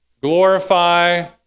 Glorify